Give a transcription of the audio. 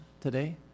today